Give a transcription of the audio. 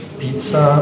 pizza